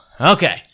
Okay